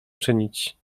czynić